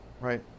right